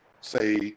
say